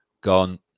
gone